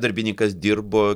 darbininkas dirbo